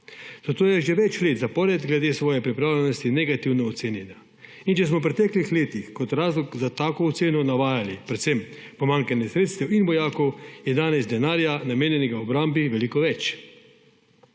zato je že več let zapored glede svoje pripravljenosti negativno ocenjena. Če smo v preteklih letih kot razlog za tako oceno navajali predvsem pomanjkanje sredstev in vojakov, je danes denarja, namenjenega obrambi, veliko več.